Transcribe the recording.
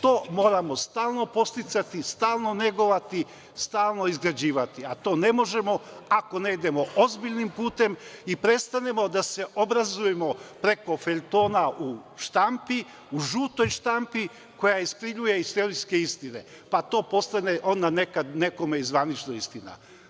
To moramo stalno podsticati, stalno negovati, stalno izgrađivati, a to ne možemo ako ne idemo ozbiljnim putem i prestanemo da se obrazujemo preko feljtona u štampi, u žutoj štampi, koja iskrivljuje istorijske istine, pa to postane onda nekome i zvanično istina.